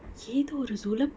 எதோ ஒரு:etho oru zoo லே:le